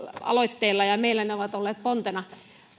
aloitteella ja meillä ne ovat olleet pontena